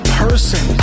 person